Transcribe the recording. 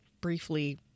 briefly